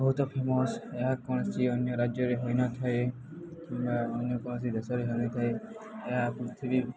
ବହୁତ ଫେମସ୍ ଏହା କୌଣସି ଅନ୍ୟ ରାଜ୍ୟରେ ହୋଇନଥାଏ କିମ୍ବା ଅନ୍ୟ କୌଣସି ଦେଶରେ ହୋଇଥାଏ ଏହା ପୃଥିବୀ